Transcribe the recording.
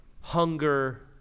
hunger